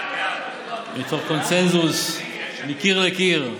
מתוך קונסנזוס מקיר לקיר.